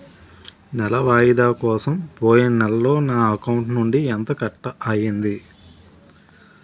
నెల వాయిదా కోసం పోయిన నెలలో నా అకౌంట్ నుండి ఎంత కట్ అయ్యింది?